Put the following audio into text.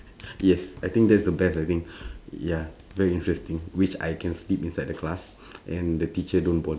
yes I think that's the best I think ya very interesting which I can sleep inside the class and the teacher don't bother